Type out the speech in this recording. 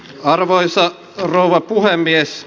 arvoisa rouva puhemies